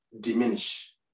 Diminish